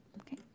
Okay